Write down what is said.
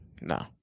No